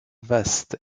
vaste